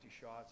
shots